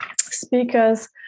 speakers